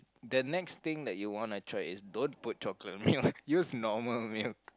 the next thing that you wanna try is don't put chocolate milk use normal milk